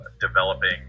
developing